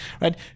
right